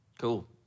cool